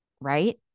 right